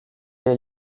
est